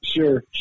Sure